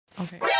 Okay